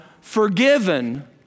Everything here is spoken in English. forgiven